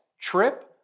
Trip